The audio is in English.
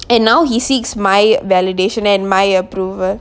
and now he seeks my validation and my approval